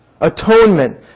atonement